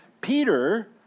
Peter